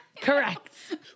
Correct